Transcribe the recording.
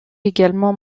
également